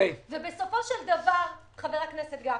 חבר הכנסת גפני,